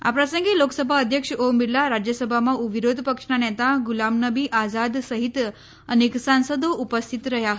આ પ્રસંગે લોકસભા અધ્યક્ષ ઓમ બિરલા રાજ્યસભામાં વિરોધપક્ષના નેતા ગુલામનબી આઝાદ સહિત અનેક સાંસદો ઉપસ્થિત રહ્યા હતાં